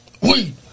Weed